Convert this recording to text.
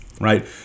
right